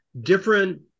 different